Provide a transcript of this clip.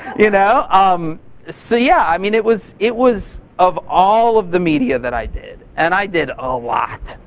you know um so yeah. i mean, it was it was of all of the media that i did and i did a lot.